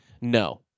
No